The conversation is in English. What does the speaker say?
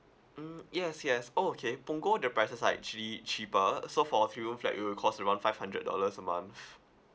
mm yes yes oh okay punggol the prices are actually cheaper so for a three room flat it will cost around five hundred dollars a month